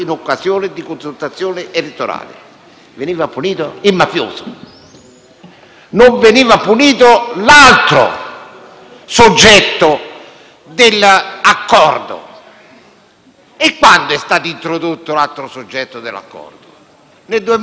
Veniva punito il mafioso, non veniva punito l'altro soggetto dell'accordo. Quando è stato introdotto l'altro soggetto dell'accordo? Nel 2014.